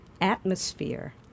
atmosphere